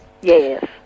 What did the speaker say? Yes